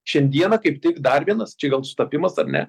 šiandieną kaip tik dar vienas čia gal sutapimas ar ne